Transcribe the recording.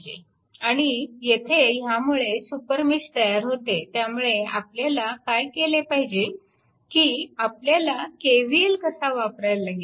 आणि येथे ह्यामुळे सुपरमेश तयार होते त्यामुळे आपल्याला काय केले पाहिजे की आपल्याला KVL असा वापरावा लागेल